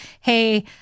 hey